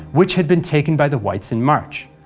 which had been taken by the whites in march.